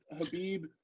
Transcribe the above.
Habib